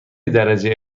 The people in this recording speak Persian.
درجه